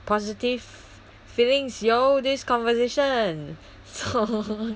positive feelings yo this conversation so